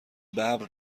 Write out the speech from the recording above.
ببر